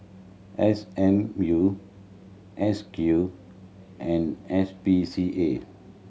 S M U S Q and S P C A